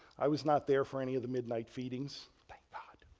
i was not there for any of the midnight feedings thank, god.